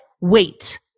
wait